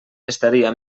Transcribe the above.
estaria